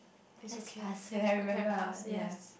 is okay at least I can pass yes